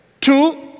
two